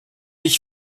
ich